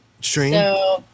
stream